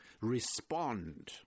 respond